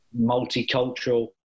Multicultural